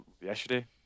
yesterday